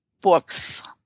books